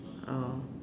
oh